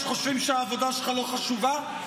שחושבים שהעבודה שלך לא חשובה?